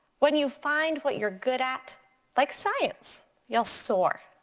when you find what you're good at like science you'll soar.